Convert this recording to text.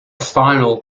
final